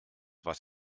was